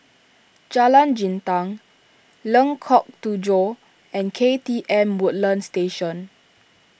Jalan Jintan Lengkok Tujoh and K T M Woodlands Station